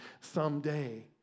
someday